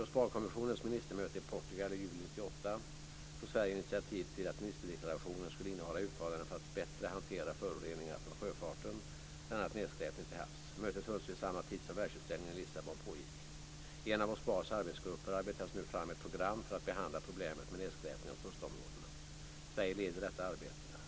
Vid OSPAR-kommissionens ministermöte i Portugal i juli 1998 tog Sverige initiativ till att ministerdeklarationen skulle innehålla uttalande för att bättre hantera föroreningar från sjöfarten, bl.a. nedskräpning till havs. Mötet hölls vid samma tid som världsutställningen i Lissabon pågick. I en av OSPAR:s arbetsgrupper arbetas nu fram ett program för att behandla problemet med nedskräpning av kustområdena. Sverige leder detta arbete.